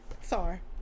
Sorry